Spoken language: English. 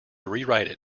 rewrite